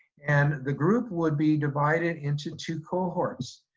and the group would be divided into two cohorts.